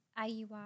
IUI